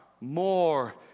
more